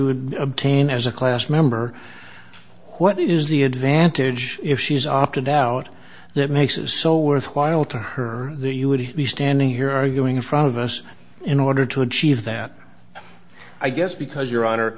would obtain as a class member what is the advantage if she's opted out that makes it so worthwhile to her you would be standing here arguing in front of us in order to achieve that i guess because your hon